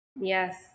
yes